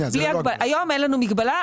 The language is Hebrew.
היום אין לנו מגבלה,